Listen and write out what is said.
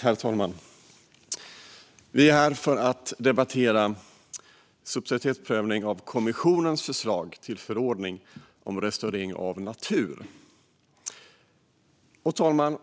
Herr talman! Vi är här för att debattera en subsidiaritetsprövning av kommissionens förslag till förordning om restaurering av natur. Herr talman!